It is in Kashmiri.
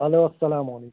ہیٚلو اَسَلام علیکُم